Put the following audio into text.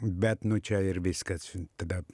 bet nu čia ir viskas tada